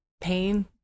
pain